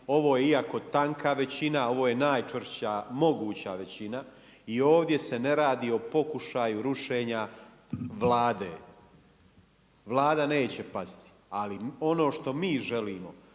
Ovo je iako tanka većina, ovo je najčvršća moguća većina i ovdje se ne radi o pokušaju rušenja Vlade. Vlada neće pasti. Ali ono što mi želimo